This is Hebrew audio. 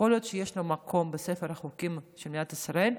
יכול להיות שיש לו מקום בספר החוקים של מדינת ישראל,